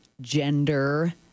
gender